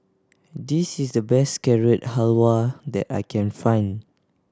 this is the best Carrot Halwa that I can find